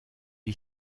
est